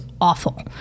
awful